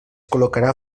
col·locarà